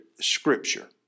scripture